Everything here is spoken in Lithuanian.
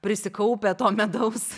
prisikaupę to medaus